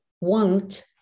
want